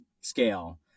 scale